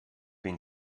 been